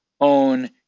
own